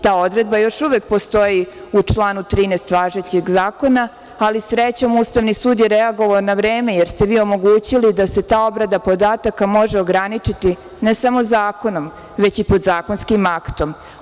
Ta odredba još uvek postoji u članu 13. važećeg zakona, ali srećom Ustavni sud je reagovao na vreme, jer ste vi omogućili da se ta obrada podataka može ograničiti, ne samo zakonom, već i podzakonskim aktom.